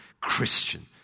Christian